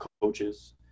coaches